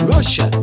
Russia